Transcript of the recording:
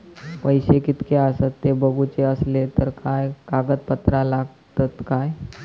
पैशे कीतके आसत ते बघुचे असले तर काय कागद पत्रा लागतात काय?